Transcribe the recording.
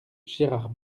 gérard